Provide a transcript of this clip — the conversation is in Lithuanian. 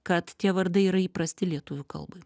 kad tie vardai yra įprasti lietuvių kalbai